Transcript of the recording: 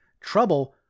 trouble